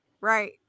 right